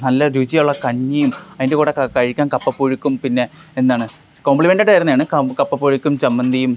നല്ല രുചിയുള്ള കഞ്ഞിയും അതിൻ്റെ കൂടെ ക കഴിക്കാൻ കപ്പ പുഴുക്കും പിന്നെ എന്താണ് കോംപ്ലിമെന്റായിട്ട് തരുന്നെണ് ക കപ്പ പുഴുക്കും ചമ്മന്തിയും